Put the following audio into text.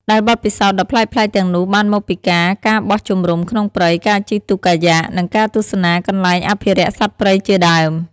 ដែលបទពិសោធន៍ដ៏ប្លែកៗទាំងនោះបានមកពីការ ការបោះជំរុំក្នុងព្រៃ ការជិះទូកកាយ៉ាក់ និងការទស្សនាកន្លែងអភិរក្សសត្វព្រៃជាដើម។